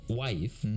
wife